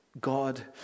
God